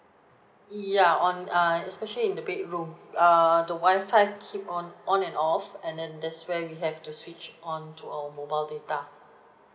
ya on err especially in the bedroom err the wi-fi keep on on and off and then that's where we have to switch on to our mobile data